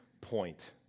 point